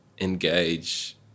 engage